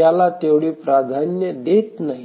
याला तेवढे प्राधान्य देत नाही